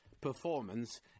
performance